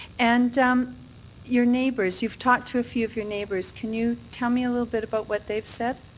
and um your neighbours, you've talked to a few of your neighbours. can you tell me a little bit about what they've said.